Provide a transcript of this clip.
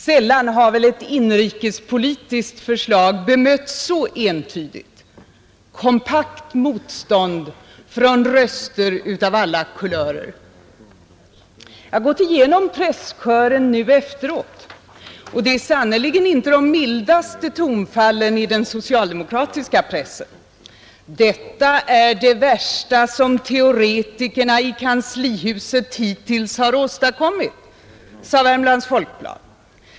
Sällan har väl ett inrikespolitiskt förslag bemötts så entydigt: kompakt motstånd från bedömare av alla kulörer. Jag har gått igenom presskören nu efteråt, och det är sannerligen inte de mildaste tonfallen i den socialdemokratiska pressen. Detta är det värsta som teoretikerna i kanslihuset hittills har åstadkommit, sade Värmlands Folkblad.